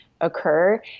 occur